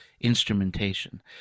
instrumentation